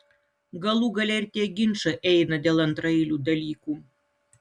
galų gale ir tie ginčai eina dėl antraeilių dalykų